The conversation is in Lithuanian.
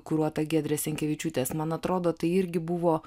kuruota giedrės jankevičiūtės man atrodo tai irgi buvo